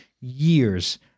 years